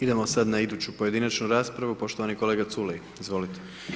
Idemo sada na iduću pojedinačnu raspravu, poštovani kolega Culej, izvolite.